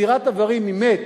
קצירת איברים ממת,